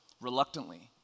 reluctantly